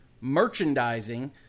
merchandising